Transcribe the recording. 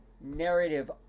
narrative